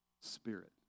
spirit